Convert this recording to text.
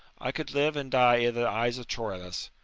i could live and die in the eyes of troilus.